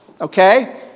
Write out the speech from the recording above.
Okay